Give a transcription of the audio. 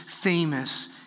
famous